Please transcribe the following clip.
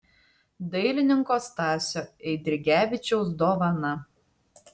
dailininko stasio eidrigevičiaus dovana